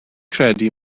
credu